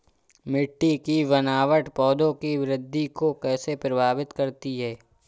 मिट्टी की बनावट पौधों की वृद्धि को कैसे प्रभावित करती है?